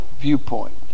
viewpoint